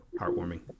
heartwarming